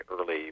early